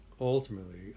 ultimately